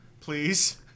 please